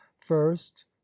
first